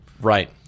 Right